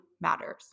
matters